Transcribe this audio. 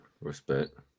respect